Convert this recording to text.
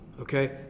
Okay